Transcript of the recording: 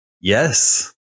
Yes